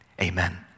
Amen